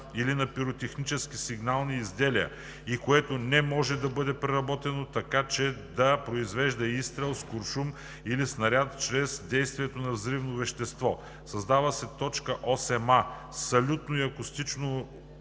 или на пиротехнически сигнални изделия и което не може да бъде преработено така, че да произвежда изстрел с куршум или снаряд чрез действието на взривно вещество.“ 3. Създава се т. 8а: „8а. „Салютно и акустично